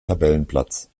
tabellenplatz